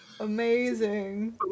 Amazing